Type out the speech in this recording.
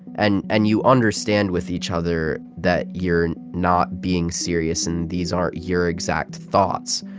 and and you understand with each other that you're not being serious, and these aren't your exact thoughts,